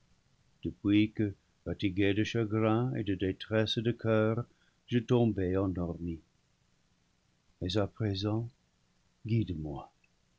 fatiguée de chagrin et de détresse de coeur je tombai endormie mais à présent guide moi